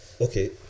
okay